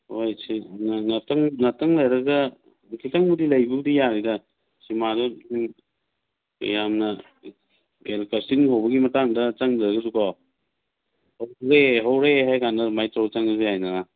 ꯍꯣꯏ ꯉꯥꯇꯪ ꯂꯩꯔꯒ ꯈꯤꯇꯪꯕꯨꯗꯤ ꯂꯩꯕꯕꯨꯗꯤ ꯌꯥꯔꯤꯗ ꯁꯤꯅꯦꯃꯥꯗꯣ ꯌꯥꯝꯅ ꯀꯥꯁꯇꯤꯡ ꯍꯧꯕꯒꯤ ꯃꯇꯥꯡꯗ ꯆꯪꯗ꯭ꯔꯒꯁꯨ ꯀꯣ ꯍꯧꯔꯦ ꯍꯧꯔꯦ ꯍꯥꯏꯔ ꯀꯥꯟꯗ ꯑꯗꯨꯝ ꯇꯧꯔ ꯆꯪꯉꯁꯨ ꯌꯥꯏꯅꯗꯅ